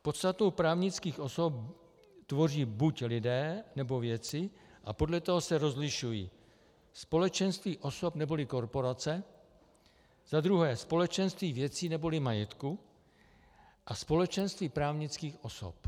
Podstatu právnických osob tvoří buď lidé, nebo věci a podle toho se rozlišují: společenství osob neboli korporace, za druhé společenství věcí neboli majetku a společenství právnických osob.